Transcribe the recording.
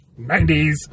90s